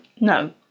No